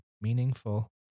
meaningful